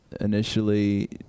initially